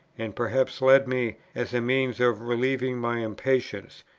and perhaps led me, as a means of relieving my impatience,